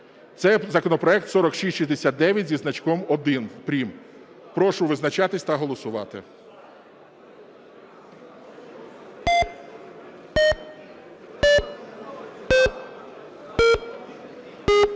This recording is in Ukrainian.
Це законопроект 4669 зі значком 1 прим. Прошу визначатись та голосувати.